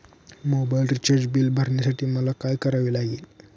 Mobile recharge bill भरण्यासाठी मला काय करावे लागेल?